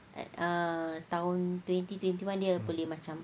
ah tahun twenty twenty one dia boleh macam